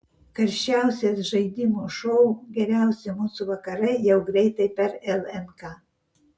karščiausias žaidimų šou geriausi mūsų vakarai jau greitai per lnk